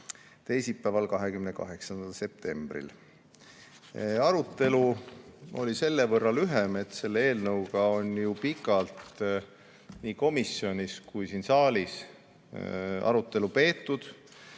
teisipäeval, 28. septembril. Arutelu oli selle võrra lühem, et selle eelnõu üle on pikalt nii komisjonis kui siin saalis aru peetud.